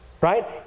right